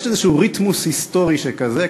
יש איזה ריתמוס היסטורי שכזה,